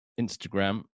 Instagram